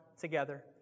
together